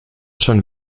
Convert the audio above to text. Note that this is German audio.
schon